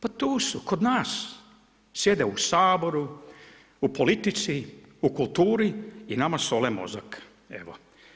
Pa tu su, kod nas, sjede u Saboru, u politici, u kulturi i nama sole mozak, evo.